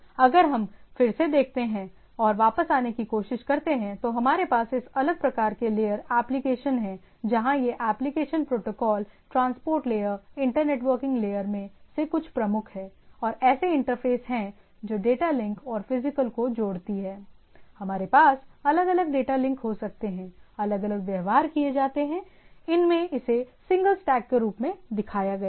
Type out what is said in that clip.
अगर हम फिर से देखते हैं और वापस आने की कोशिश करते हैं तो हमारे पास इस अलग प्रकार के लेयर एप्लिकेशन हैं जहां ये application protocol transport layer internetwork layer में से कुछ प्रमुख हैं और ऐसे इंटरफेस हैं जो डेटा लिंक और फिजिकल को जोड़ती है हमारे पास अलग अलग डेटा लिंक हो सकते हैं अलग अलग व्यवहार किए जाते हैं हमने इसे सिंगल स्टैक के रूप में दिखाया है